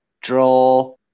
draw